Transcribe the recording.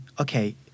okay